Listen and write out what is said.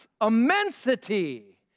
immensity